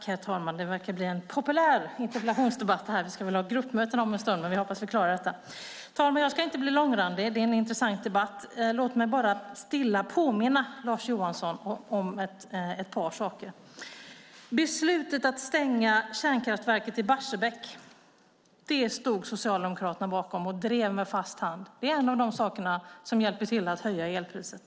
Herr talman! Det verkar bli en populär interpellationsdebatt. Vi ska ha gruppmöten om en stund, men jag hoppas att vi klarar detta. Jag ska inte bli långrandig. Det är en intressant debatt, låt mig bara stilla påminna Lars Johansson om ett par saker. Beslutet att stänga kärnkraftverket i Barsebäck stod Socialdemokraterna bakom och drev med fast hand. Det är en av de saker som hjälper till att höja elpriset.